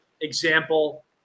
example